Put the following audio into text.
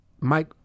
mike